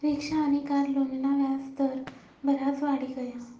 rickshaw आनी car लोनना व्याज दर बराज वाढी गया